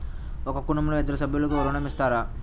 ఒక కుటుంబంలో ఇద్దరు సభ్యులకు ఋణం ఇస్తారా?